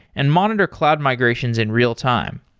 and monitor cloud migrations in real time.